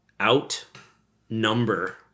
outnumber